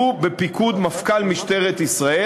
הוא בפיקוד מפכ"ל משטרת ישראל,